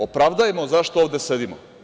Opravdajmo zašto ovde sedimo.